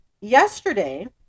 yesterday